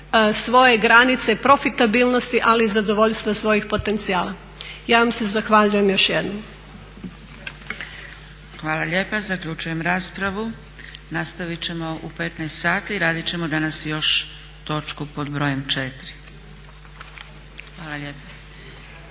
svoje granice i profitabilnosti ali i zadovoljstva svojih potencijala. Ja vam se zahvaljujem još jednom. **Zgrebec, Dragica (SDP)** Hvala lijepa. Zaključujem raspravu. Nastavit ćemo u 15 sati. Radit ćemo danas još točku pod brojem 4. Hvala lijepa.